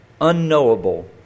unknowable